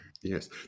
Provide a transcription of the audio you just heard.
yes